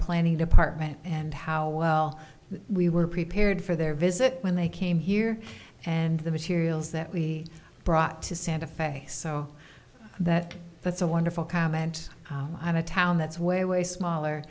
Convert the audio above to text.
planning department and how well we were prepared for their visit when they came here and the materials that we brought to santa fe so that that's a wonderful comment on a town that's way way smaller